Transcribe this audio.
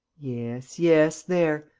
yes, yes. there.